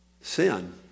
sin